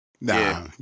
Nah